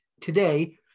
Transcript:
today